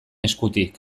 eskutik